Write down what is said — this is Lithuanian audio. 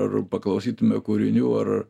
ar paklausytume kūrinių ar